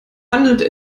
handelt